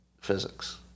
physics